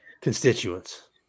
constituents